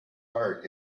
heart